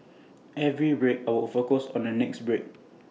every break I would focus on the next break